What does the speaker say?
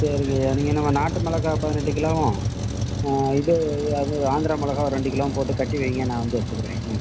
சரிங்கய்யா நீங்கள் நம்ம நாட்டு மிளகா பதினெட்டு கிலோவும் இது அது ஆந்திரா மிளகா ஒரு ரெண்டு கிலோவும் போட்டு கட்டி வையுங்க நான் வந்து எடுத்துக்கிறேன் ம்